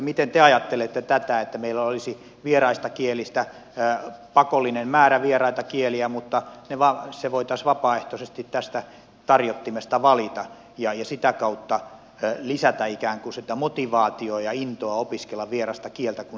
mitä te ajattelette tästä että meillä olisi pakollinen määrä vieraita kieliä mutta ne voitaisiin vapaaehtoisesti tästä tarjottimesta valita ja sitä kautta lisätä ikään kuin sitä motivaatiota ja intoa opiskella vierasta kieltä kun on itse valittu se kieli